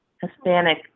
Hispanic